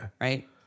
Right